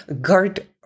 guard